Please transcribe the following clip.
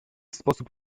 sposób